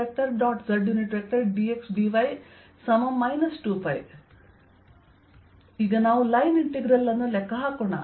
zdxdy 2π ಈಗ ನಾವು line integral ಅನ್ನು ಲೆಕ್ಕ ಹಾಕೋಣ